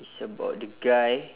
it's about the guy